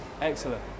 Excellent